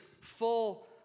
full